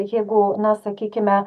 jeigu na sakykime